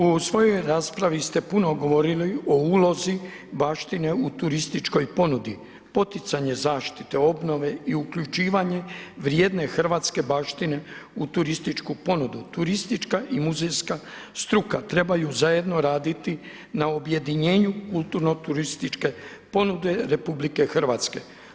U svojoj raspravi ste puno govorili o ulozi, baštini u turističkoj ponudi, poticanje zaštite, obnove i uključivanje vrijedne hrvatske baštine u turističku ponudu, turistička i muzejska struka trebaju zajedno raditi na objedinjenju kulturno-turističke ponude RH.